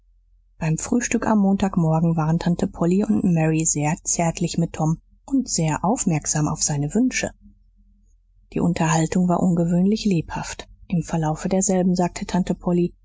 beim frühstück am montag morgen waren tante polly und mary sehr zärtlich mit tom und sehr aufmerksam auf seine wünsche die unterhaltung war ungewöhnlich lebhaft im verlaufe derselben sagte tante polly